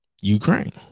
Ukraine